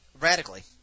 Radically